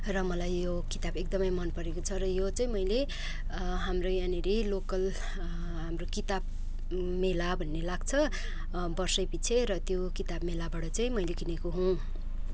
र मलाई यो किताब एकदमै मन परेको छ यो चाहिँ मैले हाम्रो यहाँनिर लोकल हाम्रो किताब मेला भन्ने लाग्छ वर्षैपिछे र त्यो किताब मेलाबाट चाहिँ मैले किनेको हुँ